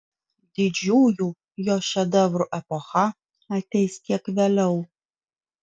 didžiųjų jo šedevrų epocha ateis kiek vėliau